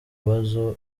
bibazo